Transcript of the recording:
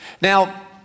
Now